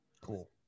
Cool